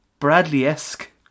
Bradley-esque